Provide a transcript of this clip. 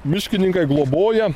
miškininkai globoja